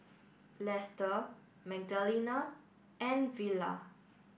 Lester Magdalena and Vella